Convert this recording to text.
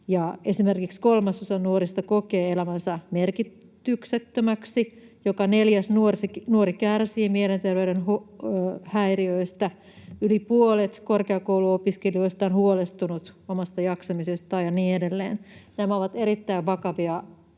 esimerkiksi kolmasosa nuorista kokee elämänsä merkityksettömäksi, joka neljäs nuori kärsii mielenterveyden häiriöistä, yli puolet korkeakouluopiskelijoista on huolestunut omasta jaksamisestaan, ja niin edelleen. Nämä ovat erittäin vakavia